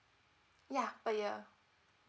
yeah per year